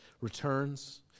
returns